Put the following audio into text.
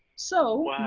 so